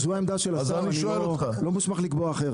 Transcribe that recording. זו העמדה של השר, אני לא מוסמך לקבוע אחרת.